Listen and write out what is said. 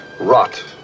Rot